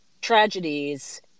tragedies